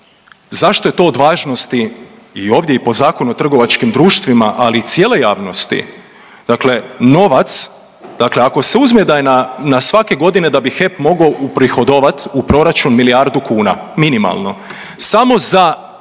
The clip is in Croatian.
zašto je to od važnosti i ovdje i po ZTD-u, ali i cijeloj javnosti. Dakle novac, dakle ako se uzme da je na svake godine, da bi HEP mogao uprihodovati u proračun milijardu kuna, minimalno, samo za